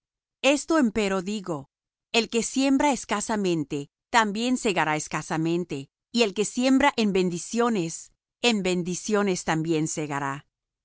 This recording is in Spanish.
esto empero digo el que siembra escasamente también segará escasamente y el que siembra en bendiciones en bendiciones también segará